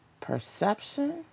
perception